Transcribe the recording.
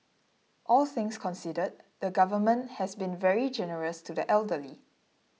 all things considered the Government has been very generous to the elderly